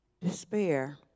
despair